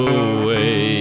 away